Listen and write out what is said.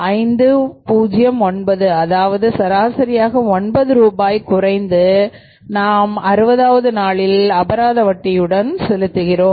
50 9 அதாவது சராசரியாக 9 ரூபாய் குறைத்து நாம் 60வது நாளில் அபராத வட்டியுடன் செலுத்தலாம்